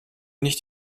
nicht